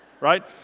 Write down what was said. right